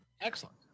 Excellent